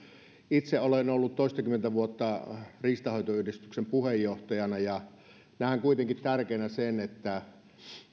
itse olen ollut toistakymmentä vuotta riistanhoitoyhdistyksen puheenjohtajana ja näen kuitenkin tärkeänä sen että